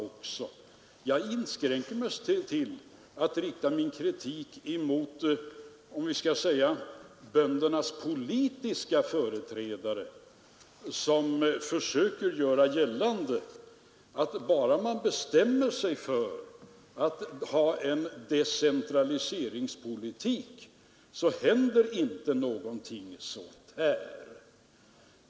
Jag inskränkte mig till att rikta min kritik mot, skall vi säga, böndernas politiska företrädare som försöker göra gällande, att bara man bestämmer sig för en decentralisering så händer inte någonting sådant här.